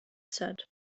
said